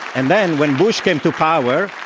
and then, when bush came to power,